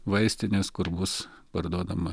vaistinės kur bus parduodama